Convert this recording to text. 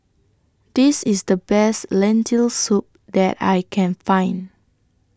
This IS The Best Lentil Soup that I Can Find